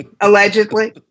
Allegedly